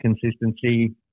consistency